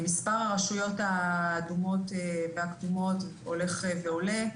מספר הרשויות האדומות והכתומות הולך ועולה.